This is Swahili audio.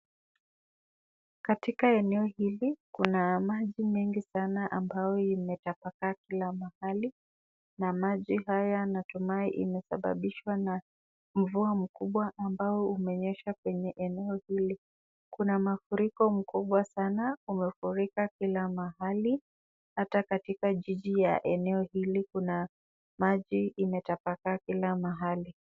Tangazo la dawa ya mitishamba kutoka kwa Alaska Herbal Medical Group. Dawa hiyo inaitwa Alba Mjub. Inasemekana kutibu matatizo mbalimbali ya kiume kama vile kuongeza mbegu na kuimarisha misuli ya hume. Picha ya chupa ya dawa inaonyesha maelezo ya matumizi. Tangazo linasema dawa inapatikana Tanga mjini na inatoa namba ya simu ya mawasiliano.